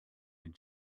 and